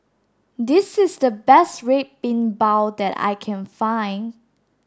this is the best red bean bao that I can find